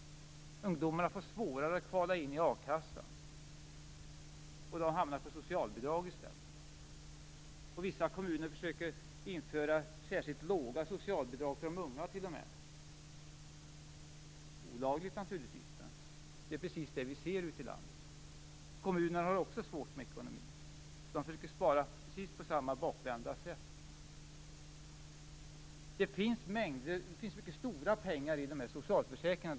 Ungdomarna får svårare att kvala in i a-kassan och blir beroende av socialbidrag i stället. Vissa kommuner försöker t.o.m. att införa särskilt låga socialbidrag för de unga. Det är naturligtvis olagligt, men det är precis det som sker ute i landet. Kommunerna har det också svårt med ekonomin. De försöker spara på precis samma bakvända sätt. Det finns mycket stora pengar i socialförsäkringarna.